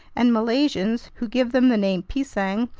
and malaysians, who give them the name pisang,